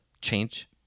change